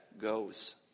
goes